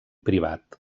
privat